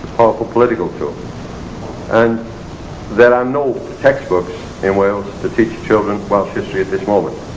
ah political tool and there are no textbooks in wales to teach children welsh history at this moment.